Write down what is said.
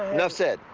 enough said.